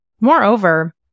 moreover